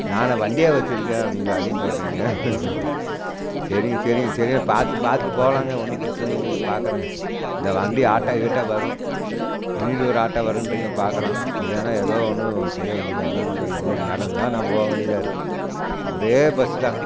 நான் என்ன வண்டியா வச்சுருக்கேன் நீங்கள் அதையும் சொல்கிறிங்க சரிங்க சரிங்க சரி பார்த்து பார்த்துட்டு போகலாங்க ஒன்னும் பிரச்சின இல்லைங்க பார்க்குறேங்க அந்த வண்டி ஆட்டோ கீட்டோ வரும் மினிடோர் ஆட்டோ வருன்றிங்க பார்க்கலாம் இல்லைன்னா எதோ ஒன்று செய்ய வேண்டிய தான் என்ன பண்ணுறதுங்க இல்லாட்டி நடந்து தான் நான் போக வேண்டியதாக இருக்குது ஒரே பஸ் தான்